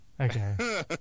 Okay